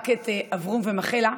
רק את אברום ומכלה,